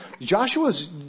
Joshua's